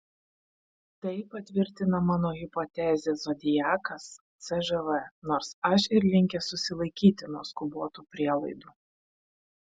tai patvirtina mano hipotezę zodiakas cžv nors aš ir linkęs susilaikyti nuo skubotų prielaidų